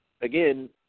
again